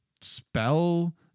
spell